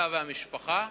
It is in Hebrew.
אתה והמשפחה,